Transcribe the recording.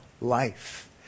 life